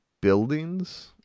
buildings